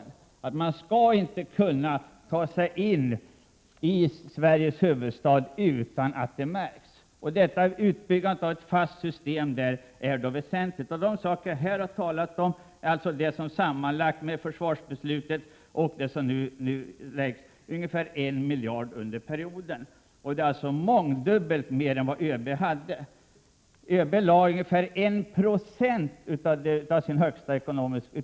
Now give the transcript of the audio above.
En inkräktare skall inte kunna ta sig in i Sveriges huvudstad utan att det märks. Ett utbyggande av ett fast system är väsentligt. För de saker jag här talat om föreslås nu, alltså tillsammans med försvarsbeslutet, ungefär en miljard under perioden. Det är alltså mångdubbelt mer än vad ÖB föreslog för dessa ändamål inför försvarsbeslutet.